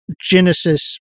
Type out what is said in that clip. Genesis